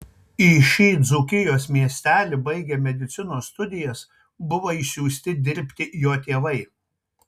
į šį dzūkijos miestelį baigę medicinos studijas buvo išsiųsti dirbti jo tėvai